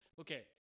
okay